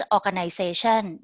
Organization